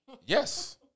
Yes